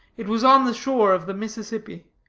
it was on the shore of the mississippi.